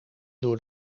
door